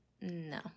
No